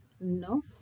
No